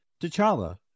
T'Challa